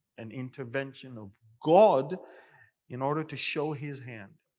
an intervention of god in order to show his hand.